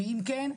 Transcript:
ואם כן,